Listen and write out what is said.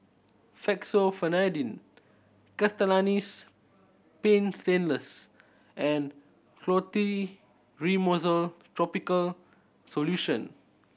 Fexofenadine Castellani's Paint Stainless and Clotrimozole Topical Solution